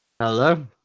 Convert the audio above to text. Hello